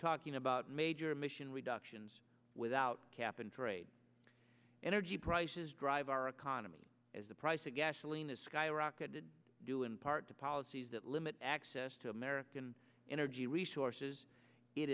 talking about major emission reductions without cap and trade energy prices drive our economy as the price of gasoline has skyrocketed due in part to policies that limit access to american energy resources it